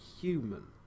human